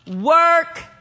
work